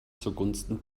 zugunsten